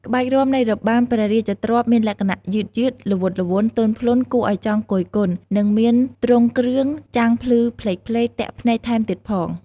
ក្បាច់រាំនៃរបាំព្រះរាជទ្រព្យមានលក្ខណៈ យឺតៗ ល្វត់ល្វន់ ទន់ភ្លន់គួរឱ្យចង់គយគន់ និងមានទ្រង់គ្រឿងចាំងភ្លឺផ្លេកៗទាក់ភ្នែកថែមទៀតផង។